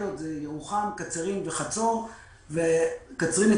תודה רבה ליושב-ראש ועדת חוץ וביטחון,